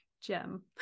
gem